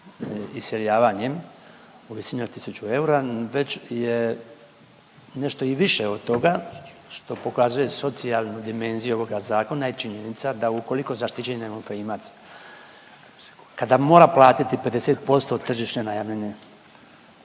iseljavanjem u visini od 1000 eura već je nešto i više od toga što pokazuje socijalnu dimenziju ovoga zakona je činjenica da ukoliko zaštićeni najmoprimac kada mora platiti 50% od tržišne najamnine,